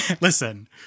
Listen